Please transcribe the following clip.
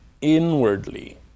inwardly